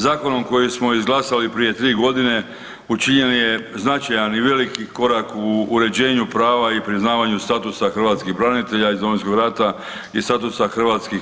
Zakonom koji smo izglasali prije tri godine učinjen je značajan i veliki korak u uređenju prava i priznavanju statusa hrvatskih branitelja iz Domovinskog rata i statusa HRVI.